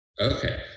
Okay